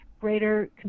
greater